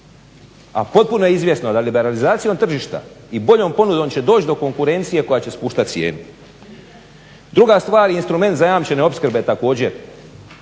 A potpuno je izvjesno da liberalizacijom tržišta i boljom ponudom će doći do konkurencije koja će spuštat cijenu. Druga stvar, instrument zajamčene opskrbe također